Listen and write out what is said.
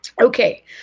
Okay